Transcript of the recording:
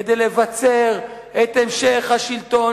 כדי לבצר את המשך השלטון,